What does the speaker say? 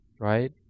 right